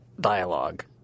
dialogue